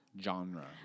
Genre